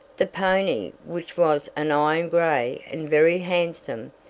the pony, which was an iron-gray and very handsome,